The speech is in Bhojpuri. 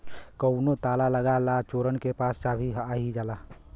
कउनो ताला लगा ला चोरन के पास चाभी आ ही जाला